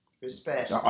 respect